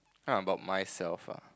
how about myself ah